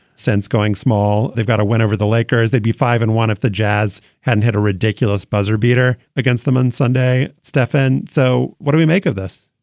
since going small. they've got to win over the lakers. they'd be five and one if the jazz hadn't had a ridiculous buzzer beater against them on sunday. stefan, so what do we make of this?